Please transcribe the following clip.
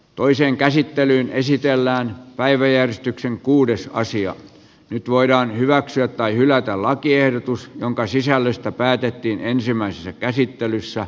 toiseen käsittelyyn esitellään päiväjärjestyksen kuudessa nyt voidaan hyväksyä tai hylätä lakiehdotus jonka sisällöstä päätettiin ensimmäisessä käsittelyssä